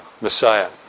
Messiah